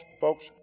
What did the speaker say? folks